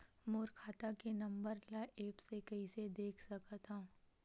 मोर खाता के नंबर ल एप्प से कइसे देख सकत हव?